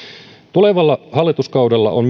tulevalla hallituskaudella on